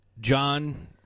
John